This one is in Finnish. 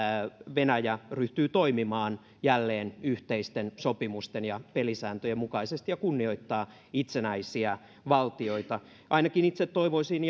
venäjä ryhtyy toimimaan jälleen yhteisten sopimusten ja pelisääntöjen mukaisesti ja kunnioittamaan itsenäisiä valtioita ainakin itse toivoisin